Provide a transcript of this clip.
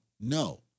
No